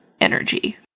energy